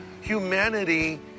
humanity